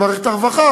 במערכת הרווחה,